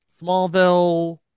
Smallville